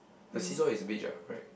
the see saw is beige alright